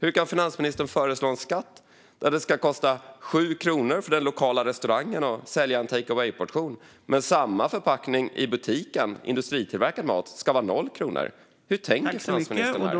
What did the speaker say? Hur kan finansministern föreslå en skatt som gör att det ska kosta 7 kronor för den lokala restaurangen att sälja en takeaway-portion men 0 kronor för samma förpackning i butiken med industritillverkad mat? Hur tänker finansministern här?